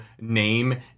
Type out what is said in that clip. name